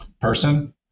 person